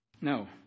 no